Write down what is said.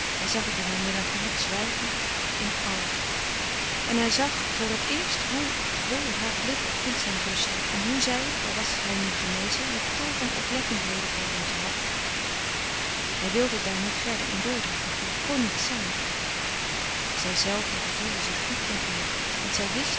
hij zag het in haar melancholiek zwijgen in alles en hij zag voor het eerst hoe vol haar blik op vincent rustte en hoe zij al was hij nu genezen nog tal van oplettendheden voor hem had hij wilde daar niet verder in doordringen dàt kon niet zijn zijzelve gevoelde zich diep ongelukkig want zij wist